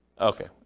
Okay